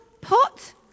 pot